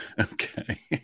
Okay